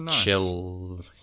chill